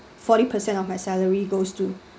forty percent of my salary goes to